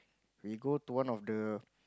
we go to one of the